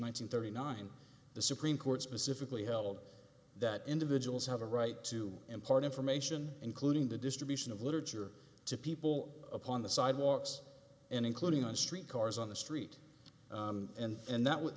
thousand thirty nine the supreme court specifically held that individuals have a right to impart information including the distribution of literature to people upon the sidewalks and including on street cars on the street and and that w